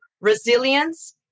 resilience